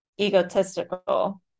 egotistical